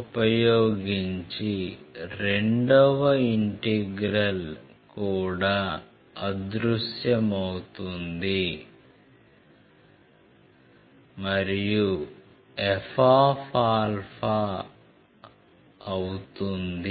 ఉపయోగించి రెండవ ఇంటిగ్రల్ కూడా అదృశ్యమవుతుంది మరియు F α అవుతుంది